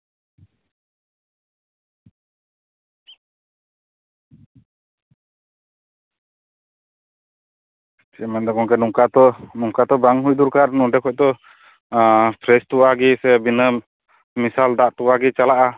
ᱪᱮᱫ ᱮᱢ ᱢᱮᱱᱫᱟ ᱜᱚᱝᱠᱮ ᱱᱚᱝᱠᱟ ᱛᱚ ᱱᱚᱝᱠᱟ ᱛᱚ ᱵᱟᱝ ᱦᱩᱭ ᱫᱚᱨᱠᱟᱨ ᱱᱚᱸᱰᱮ ᱠᱷᱚᱱ ᱛᱚ ᱯᱷᱨᱮᱥ ᱛᱚᱣᱟ ᱜᱮ ᱥᱮ ᱫᱤᱱᱟᱹᱢ ᱢᱮᱥᱟᱞ ᱫᱟᱜ ᱛᱚᱣᱟ ᱜᱮ ᱪᱟᱞᱟᱜᱼᱟ